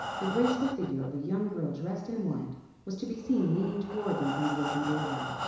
the graceful figure of a young girl dressed in white was to be seen leaning toward them from the open doorway.